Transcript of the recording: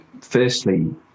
firstly